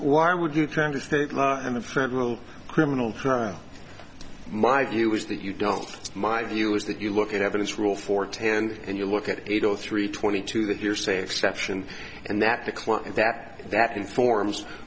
why would you turn to state law and the federal criminal trial my view was that you don't my view is that you look at evidence rule for tend and you look at eight o three twenty two that hearsay exception and that the claim that that informs